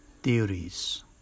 Theories